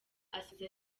asize